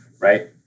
right